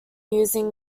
using